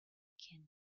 can